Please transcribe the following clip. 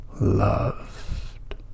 loved